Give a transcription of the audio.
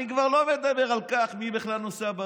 אני כבר לא מדבר על השאלה מי בכלל נוסע,